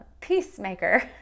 Peacemaker